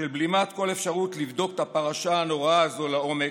של בלימת כל אפשרות לבדוק את הפרשה הנוראה הזאת לעומק,